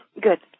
Good